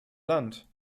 land